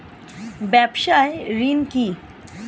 ব্যবসায় ঋণ কি?